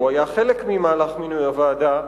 או היה חלק ממהלך מינוי הוועדה,